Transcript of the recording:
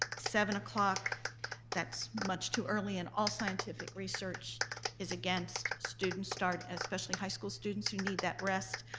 seven o'clock that's much too early and all scientific research is against students starting, especially high school students who need that rest,